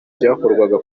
byakorwaga